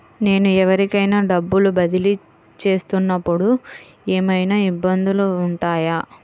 నేను ఎవరికైనా డబ్బులు బదిలీ చేస్తునపుడు ఏమయినా ఇబ్బందులు వుంటాయా?